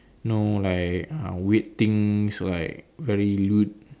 no like uh weird things like very lewd